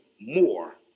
more